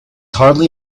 hardly